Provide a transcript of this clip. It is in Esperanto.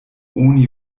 oni